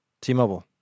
T-Mobile